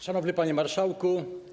Szanowny Panie Marszałku!